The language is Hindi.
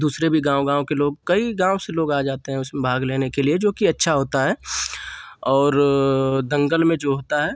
दूसरे भी गाँव गाँव के लोग कई गाँव से लोग आ जाते हैं उसमें भाग लेने के लिए जो कि अच्छा होता है और दंगल में जो होता है